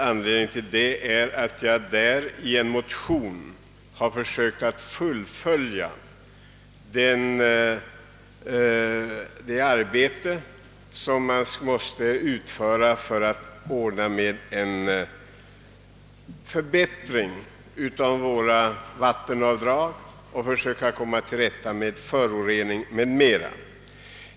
Anledningen härtill är att utskottet i detta utlåtande behandlar en av mig väckt motion, där jag försökt fullfölja arbetet på att komma till rätta med föroreningarna av våra vattendrag.